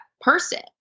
person